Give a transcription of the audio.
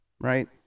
right